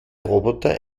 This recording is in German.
roboter